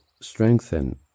strengthen